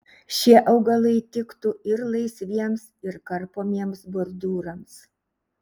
šie augalai tiktų ir laisviems ir karpomiems bordiūrams